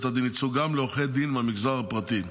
הדין ייצוג גם לעורכי דין מהמגזר הפרטי.